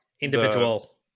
individual